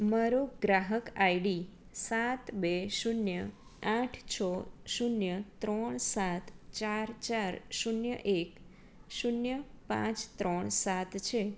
મારો ગ્રાહક આઇડી સાત બે શૂન્ય આઠ છ શૂન્ય ત્રણ સાત ચાર ચાર શૂન્ય એક શૂન્ય પાંચ ત્રણ સાત છે